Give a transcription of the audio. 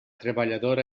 treballador